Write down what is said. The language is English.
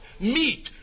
meet